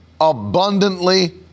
abundantly